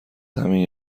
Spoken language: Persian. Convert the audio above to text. همین